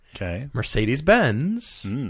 Mercedes-Benz